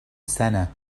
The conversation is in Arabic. سنة